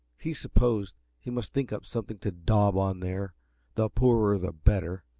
he supposed he must think up something to daub on there the poorer the better.